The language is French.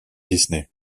disney